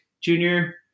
junior